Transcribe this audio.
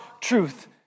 truth